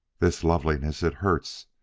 this loveliness it hurts!